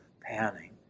panning